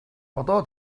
одоо